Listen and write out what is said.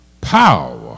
Power